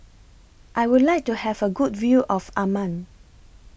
I Would like to Have A Good View of Amman